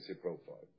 profile